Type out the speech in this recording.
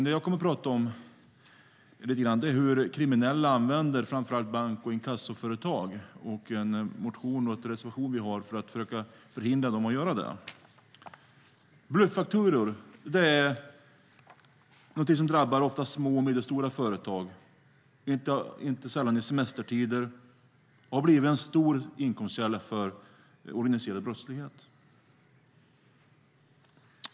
Det jag kommer att tala lite grann om är dock hur kriminella använder sig av framför allt bank och inkassoföretag och om den motion och den reservation vi har försöka förhindra detta. Bluffaktorer är något som drabbar ofta små och medelstora företag, inte sällan i semestertider. Det har blivit en stor inkomstkälla för den organiserade brottsligheten.